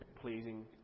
pleasing